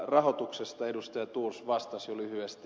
rahoituksesta ministeri thors vastasi jo lyhyesti